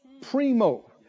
primo